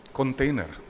container